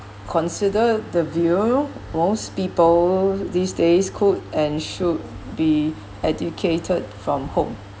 consider the view most people these days could and should be educated from home